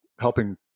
helping